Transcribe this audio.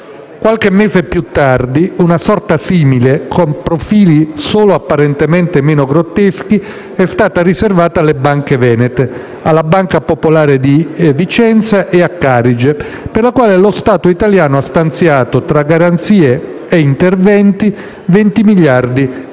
Qualche mese più tardi una sorte simile, con profili solo apparentemente meno grotteschi, è stata riservata alle banche venete, alla Banca Popolare di Vicenza e a Banca Carige, per le quali lo Stato italiano ha stanziato, tra garanzie e interventi, 20 miliardi di euro